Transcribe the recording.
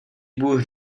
bůh